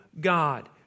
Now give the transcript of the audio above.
God